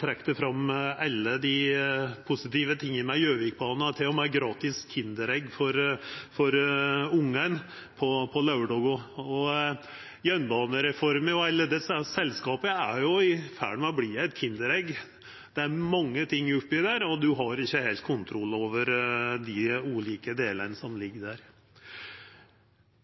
trekte fram alle dei positive tinga med Gjøvikbana, til og med gratis Kinderegg til ungane på laurdagar. Jernbanereforma og alle desse selskapa er jo i ferd med å verta eit kinderegg. Det er mange ting oppi det, og ein har ikkje heilt kontroll over dei ulike delane som ligg der.